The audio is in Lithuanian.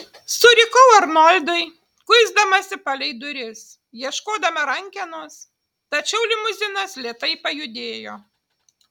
surikau arnoldui kuisdamasi palei duris ieškodama rankenos tačiau limuzinas lėtai pajudėjo